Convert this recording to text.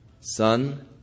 Son